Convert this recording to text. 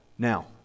Now